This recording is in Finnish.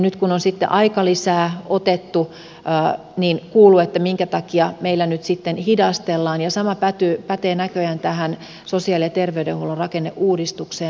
nyt kun on sitten aikalisää otettu kuuluu että minkä takia meillä nyt sitten hidastellaan ja sama pätee näköjään tähän sosiaali ja terveydenhuollon rakenneuudistukseen